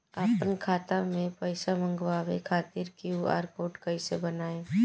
आपन खाता मे पईसा मँगवावे खातिर क्यू.आर कोड कईसे बनाएम?